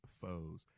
foes